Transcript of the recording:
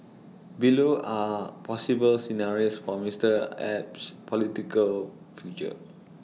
below are possible scenarios for Mister Abe's political future